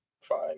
fine